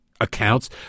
accounts